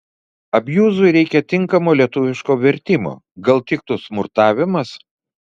abjuzui reika tinkamo lietuviško vertimo gal tiktų smurtavimas